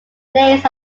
names